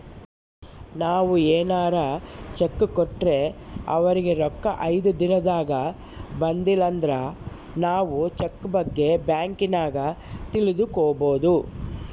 ನಾವು ಏನಾರ ಚೆಕ್ ಕೊಟ್ರೆ ಅವರಿಗೆ ರೊಕ್ಕ ಐದು ದಿನದಾಗ ಬಂದಿಲಂದ್ರ ನಾವು ಚೆಕ್ ಬಗ್ಗೆ ಬ್ಯಾಂಕಿನಾಗ ತಿಳಿದುಕೊಬೊದು